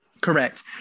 Correct